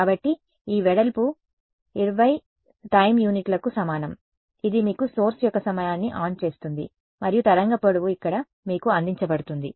కాబట్టి ఈ వెడల్పు 20 టైం యూనిట్లకు సమానం ఇది మీకు సోర్స్ యొక్క సమయాన్ని ఆన్ చేస్తుంది మరియు తరంగ పొడవు ఇక్కడ మీకు అందించబడుతుంది